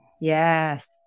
Yes